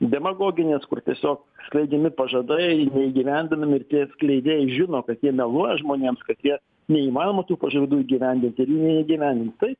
demagoginės kur tiesiog skleidžiami pažadai neįgyvendinami ir tie skleidėjai žino kad jie meluoja žmonėms kad jie neįmanoma tų pažadų įgyvendint ir jų neįgyvendin tai